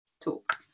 talk